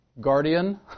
guardian